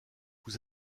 vous